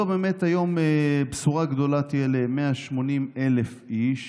היום זו באמת תהיה בשורה גדולה ל-180,000 איש,